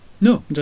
No